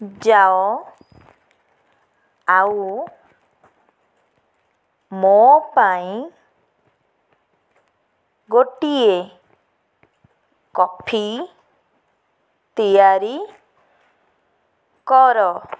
ଯାଅ ଆଉ ମୋ ପାଇଁ ଗୋଟିଏ କଫି ତିଆରି କର